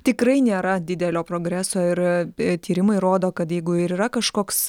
tikrai nėra didelio progreso ir tyrimai rodo kad jeigu ir yra kažkoks